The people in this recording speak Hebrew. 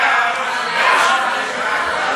חד"ש?